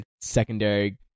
secondary